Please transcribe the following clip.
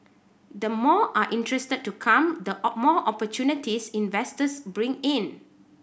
the more are interested to come the more opportunities investors bring in